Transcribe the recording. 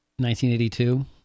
1982